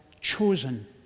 chosen